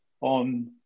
on